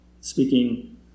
speaking